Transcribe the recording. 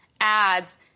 ads